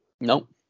Nope